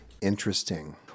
Interesting